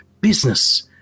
business